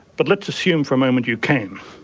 but let's assume for a moment you can,